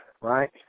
right